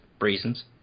reasons